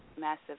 massive